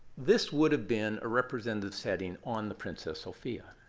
this would have been a representative setting on the princess sophia.